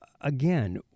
again